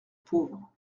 pauvre